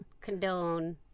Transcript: condone